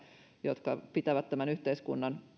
jotka pitävät tämän yhteiskunnan